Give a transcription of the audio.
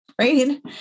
right